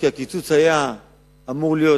פשוט, כי הקיצוץ היה אמור להיות